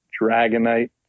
Dragonite